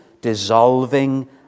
dissolving